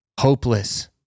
Hopeless